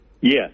Yes